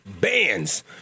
bands